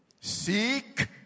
seek